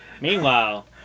Meanwhile